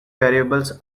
variables